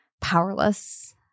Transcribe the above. powerless